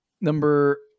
Number